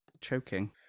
Choking